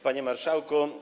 Panie Marszałku!